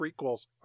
prequels